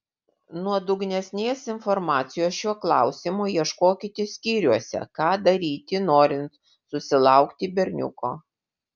nuodugnesnės informacijos šiuo klausimu ieškokite skyriuose ką daryti norint susilaukti berniuko